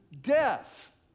death